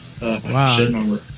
Wow